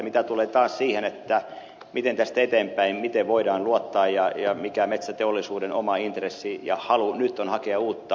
mitä tulee taas siihen miten tästä eteenpäin miten voidaan luottaa ja mikä metsäteollisuuden oma intressi ja halu nyt on hakea uutta